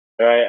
right